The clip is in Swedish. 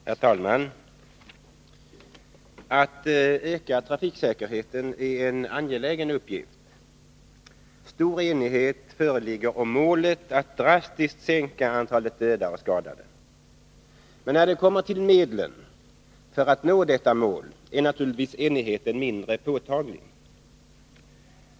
Herr talman! Att öka trafiksäkerheten är en angelägen uppgift. Stor enighet föreligger om målet att drastiskt sänka antalet döda och skadade. Men när det kommer till medlen för att nå detta mål är naturligtvis enigheten mindre påtaglig.